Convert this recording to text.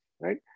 right